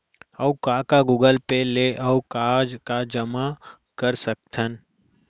अऊ का का गूगल पे ले अऊ का का जामा कर सकथन?